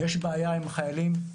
יש בעיה עם חיילים.